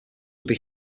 would